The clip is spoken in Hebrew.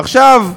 עכשיו,